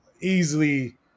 easily